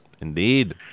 Indeed